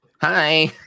hi